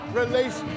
release